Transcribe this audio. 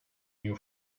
new